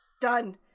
Done